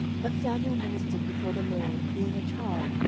but samuel ministered before the lord, being a child,